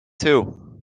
two